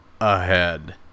ahead